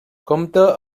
compta